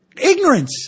ignorance